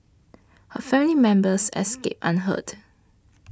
her family members escaped unhurt